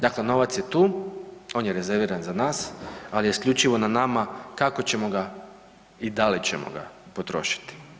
Dakle, novac je tu, on je rezerviran za nas, ali je isključivo na nama kako ćemo ga i da li ćemo ga potrošiti.